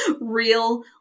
real